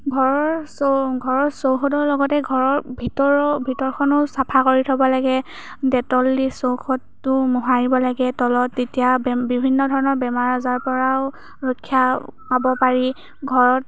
ঘৰৰ চৌ ঘৰৰ চৌহদৰ লগতে ঘৰৰ ভিতৰৰ ভিতৰখনো চাফা কৰি থ'ব লাগে ডেটল দি চৌহদটো মোহাৰিব লাগে তলত তেতিয়া বে বিভিন্ন ধৰণৰ বেমাৰ আজাৰৰ পৰাও ৰক্ষা পাব পাৰি ঘৰত